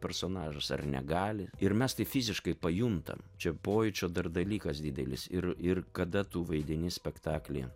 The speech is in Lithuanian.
personažas ar negali ir mes tai fiziškai pajuntam čia pojūčio dar dalykas didelis ir ir kada tu vaidini spektaklį